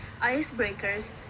icebreakers